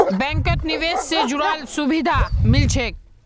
बैंकत निवेश से जुराल सुभिधा मिल छेक